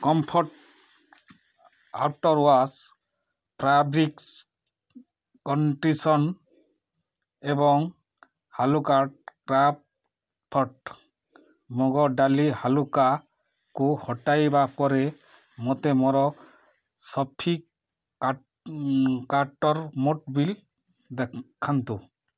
comfort after wash fabric conditioner ଏବଂ halwa craft ମୁଗ ଡାଲି ହାଲୁଆକୁ ହଟାଇବା ପରେ ମୋତେ ମୋର ସପିଂ କାର୍ଟ୍ର ମୋଟ ବିଲ୍ ଦେଖାନ୍ତୁ